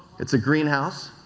it's a g reenhouse,